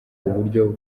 uburyo